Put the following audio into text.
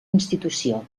institució